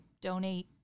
donate